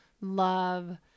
love